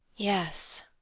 yes,